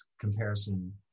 comparison